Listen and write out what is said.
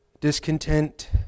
Discontent